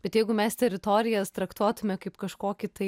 bet jeigu mes teritorijas traktuotume kaip kažkokį tai